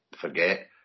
forget